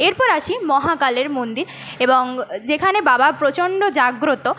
এরপর আসি মহাকালের মন্দির এবং যেখানে বাবা প্রচণ্ড জাগ্রত